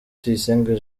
tuyisenge